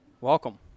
Welcome